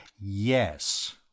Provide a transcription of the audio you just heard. Yes